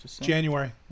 January